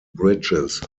bridges